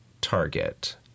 target